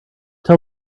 tell